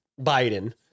Biden